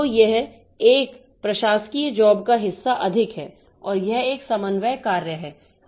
तो यह एक प्रशासकीय जॉब का हिस्सा अधिक है और यह एक समन्वय कार्य है